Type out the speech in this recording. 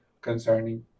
concerning